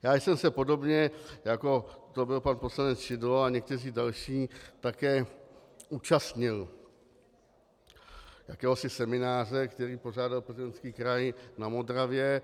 Já jsem se podobně, jako to byl pan poslanec Šidlo a někteří další, také účastnil jakéhosi semináře, který pořádal Plzeňský kraj na Modravě.